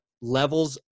levels